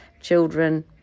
children